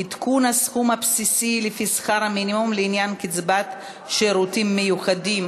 עדכון הסכום הבסיסי לפי שכר המינימום לעניין קצבת שירותים מיוחדים),